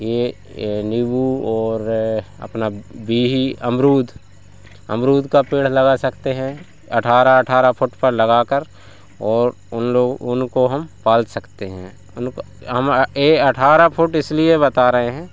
ये नीबू और अपना बिही अमरूद अमरूद का पेड़ का पेड़ लगा सकते हैं अठारह अठारह फुट पर लगा कर और उन लोग उनको हम पाल सकते है उनको हम अठारह फुट इसलिए बता रहे हैं